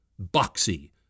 boxy